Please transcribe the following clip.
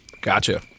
Gotcha